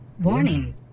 Warning